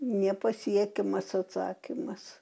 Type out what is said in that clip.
nepasiekiamas atsakymas